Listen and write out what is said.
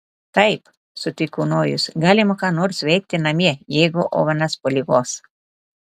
taip sutiko nojus galima ką nors veikti namie jeigu ovenas po ligos